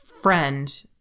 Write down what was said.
friend